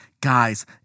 guys